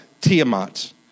Tiamat